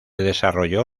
desarrolló